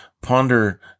ponder